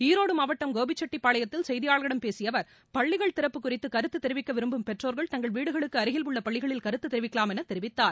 ஈரோடு மாவட்டம் கோபிசெட்டிபாளையத்தில் செய்தியாளர்களிடம் பேசிய அவர் பள்ளிகள் திறப்பு குறித்து கருத்து தெரிவிக்க விரும்பும் பெற்றோர்கள் தங்கள் வீடுகளுக்கு அருகில் உள்ள பள்ளிகளில் கருத்து தெரிவிக்கலாம் என தெரிவித்தார்